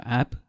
app